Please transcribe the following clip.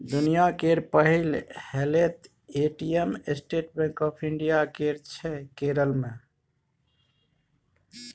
दुनियाँ केर पहिल हेलैत ATM state bank of India केर छै केरल मे